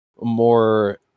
more